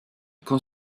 que